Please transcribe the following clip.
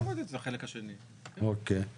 נוריד את זה מהחלק השני, אין בעיה.